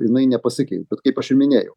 jinai nepasikeis bet kaip aš jau minėjau